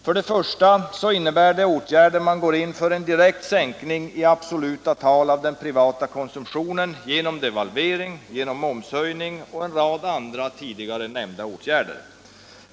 För det första innebär de åtgärder man går in för en direkt sänkning i absoluta tal av den privata konsumtionen genom devalvering, momshöjning och en rad andra tidigare nämnda åtgärder.